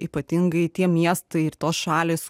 ypatingai tie miestai ir tos šalys